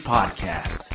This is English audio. Podcast